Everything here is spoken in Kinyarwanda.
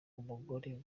umugore